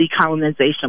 decolonization